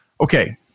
Okay